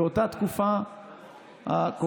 באותה תקופה הקורונה